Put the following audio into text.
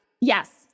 Yes